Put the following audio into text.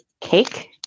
cake